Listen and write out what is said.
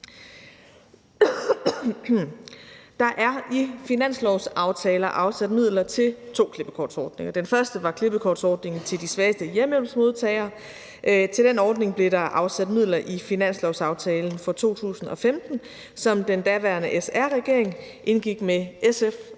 Der er i finanslovsaftaler afsat midler til to klippekortsordninger. Den første var klippekortsordningen til de svageste hjemmehjælpsmodtagere. Til den ordning blev der afsat midler i finanslovsaftalen for 2015, som den daværende SR-regering indgik med SF